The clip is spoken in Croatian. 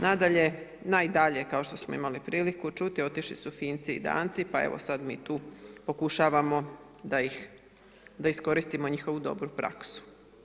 Nadalje, najdalje kao što smo imali priliku čuti, otišli su Finci i Danci pa evo sad mi tu pokušavamo da iskoristimo njihovu dobru praksu.